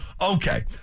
Okay